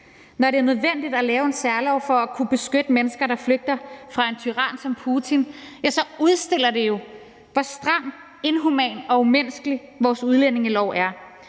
Når det er nødvendigt at lave en særlov for at kunne beskytte mennesker, der flygter fra en tyran som Putin, så udstiller det jo, hvor stram, inhuman og umenneskelig vores udlændingelov er.